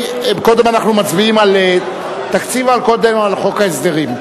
קודם אנחנו מצביעים על תקציב או קודם על חוק ההסדרים?